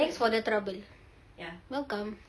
thanks for the trouble welcome